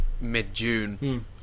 mid-June